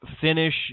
finish